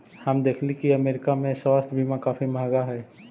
हम देखली की अमरीका में स्वास्थ्य बीमा काफी महंगा हई